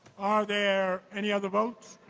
are there any other votes?